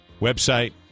website